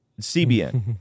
CBN